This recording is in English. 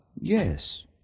Yes